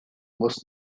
was